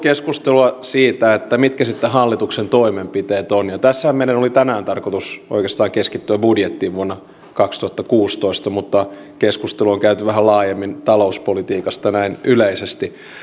keskustelua siitä mitkä sitten hallituksen toimenpiteet ovat tässähän meillä oli tänään tarkoitus oikeastaan keskittyä budjettiin vuodelle kaksituhattakuusitoista mutta keskustelua on käyty vähän laajemmin talouspolitiikasta näin yleisesti